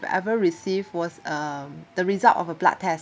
have ever receive was um the result of a blood test